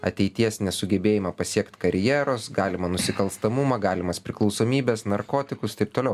ateities nesugebėjimą pasiekt karjeros galimą nusikalstamumą galimas priklausomybes narkotikus taip toliau